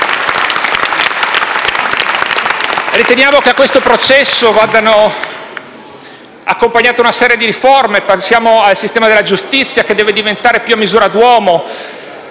Riteniamo che questo processo debba essere accompagnato da una serie di riforme. Pensiamo al sistema della giustizia, che deve diventare più a misura d'uomo.